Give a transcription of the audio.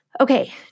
Okay